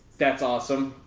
that's awesome.